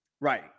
Right